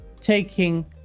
taking